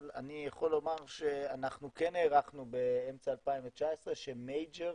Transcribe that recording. אבל אני יכול לומר שאנחנו כן הערכנו באמצע 2019 שמייג'ור